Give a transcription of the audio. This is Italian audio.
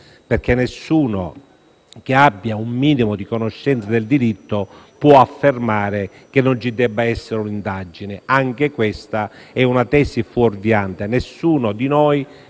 nessuno che abbia un minimo di conoscenza del diritto può affermare che non ci debba essere un'indagine. Anche questa è una tesi fuorviante: